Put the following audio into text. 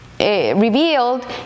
revealed